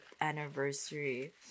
anniversary